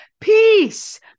peace